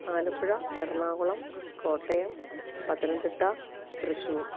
Alappuzha Ernakulam Kottayam Pathanamthitta Thrissur